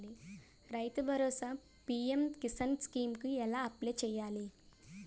రైతు Bharosa PM Kisan scheme కు ఎలా అప్లయ్ చేయాలి?